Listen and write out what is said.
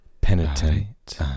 penitent